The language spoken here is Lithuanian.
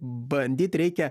bandyt reikia